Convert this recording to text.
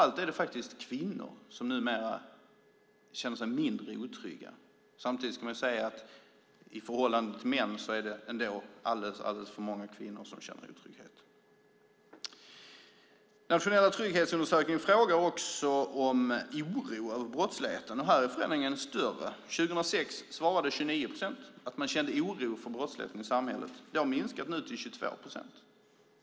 Det är framför allt kvinnor som numera känner sig mindre otrygga. Samtidigt ska det sägas att i förhållande till män är det ändå alldeles för många kvinnor som känner otrygghet. Den nationella trygghetsundersökningen frågar också om oro över brottsligheten, och här är förändringen större. År 2006 svarade 29 procent att man kände oro för brottsligheten i samhället. Det har nu minskat till 22 procent.